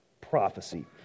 prophecy